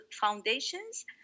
foundations